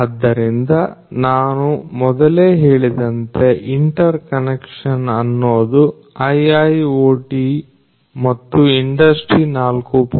ಆದ್ದರಿಂದ ನಾನು ಮೊದಲೇ ಹೇಳಿದಂತೆ ಇಂಟರ್ ಕನೆಕ್ಷನ್ ಅನ್ನೋದು IIoT ಮತ್ತು ಇಂಡಸ್ಟ್ರಿ 4